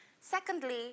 Secondly